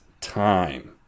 time